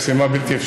מי זה?